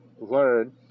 learn